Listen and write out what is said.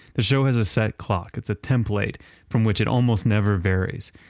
the show has a set clock. it's a template from which it almost never varies.